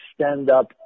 stand-up